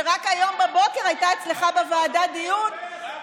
שרק הבוקר היה אצלך בוועדה דיון,